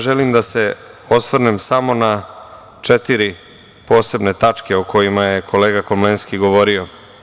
Želim da se osvrnem samo na četiri posebne tačke o kojima je kolega Komlenski govorio.